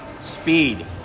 speed